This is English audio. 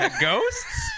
Ghosts